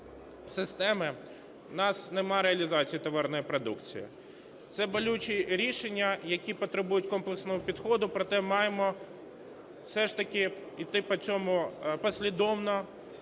системи в нас нема реалізації товарної продукції. Це болючі рішення, які потребують комплексного підходу, проте маємо все ж таки іти по цьому послідовно,